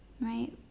right